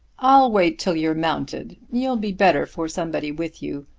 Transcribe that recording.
i'll wait till you are mounted. you'll be better for somebody with you.